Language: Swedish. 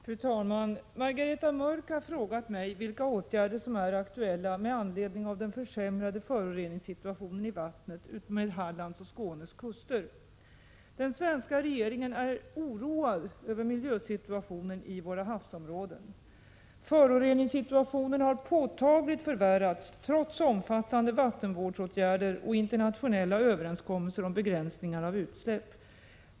Fru talman! Margareta Mörck har frågat mig vilka åtgärder som är aktuella med anledning av den försämrade föroreningssituationen i vattnet utmed Hallands och Skånes kuster. Den svenska regeringen är oroad över miljösituationen i våra havsområden. Föroreningssituationen har påtagligt förvärrats trots omfattande vattenvårdsåtgärder och internationella överenskommelser om begränsningar av utsläpp.